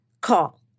call